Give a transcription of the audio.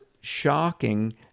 shocking